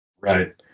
Right